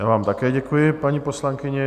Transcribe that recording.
Já vám také děkuji, paní poslankyně.